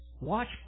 Watch